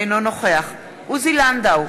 אינו נוכח עוזי לנדאו,